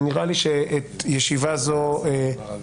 נראה לי שמיצינו את ישיבה זו.